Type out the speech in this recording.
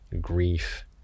grief